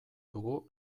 dugu